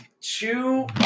Two